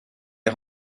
est